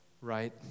right